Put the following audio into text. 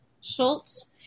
Schultz